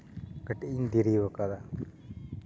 ᱠᱟᱹᱴᱤᱡ ᱤᱧ ᱫᱮᱨᱤ ᱟᱠᱟᱫᱟ